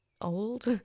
old